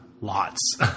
lots